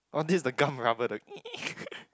oh this is the gum rubber the